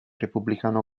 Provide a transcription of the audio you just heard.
repubblicano